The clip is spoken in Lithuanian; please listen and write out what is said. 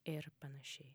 ir panašiai